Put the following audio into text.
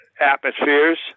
Atmospheres